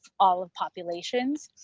all populations.